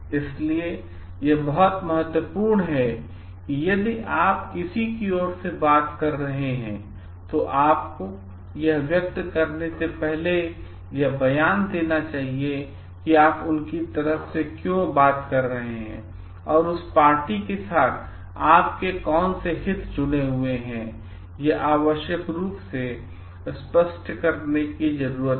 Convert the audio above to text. इसलिए यह बहुत महत्वपूर्ण है कि यदि आप किसी की ओर से बात कर रहे हैं तो आपको यह व्यक्त करने से पहले यह बयान देना चाहिए कि उनके तरफ से क्यों बात कर रहे हैं और उस पार्टी के साथ आपके कौन से हित जुड़े हुए हैं यह आवश्यक रूप से स्पष्ट करने की जरूरत है है